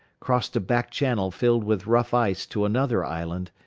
crossed a back channel filled with rough ice to another island,